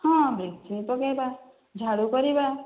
ହଁ ବ୍ଲିଚିଂ ପକାଇବା ଝାଡ଼ୁ କରିବା